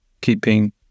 keeping